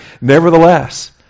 nevertheless